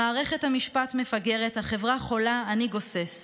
/ מערכת המשפט מפגרת, החברה חולה, אני גוסס.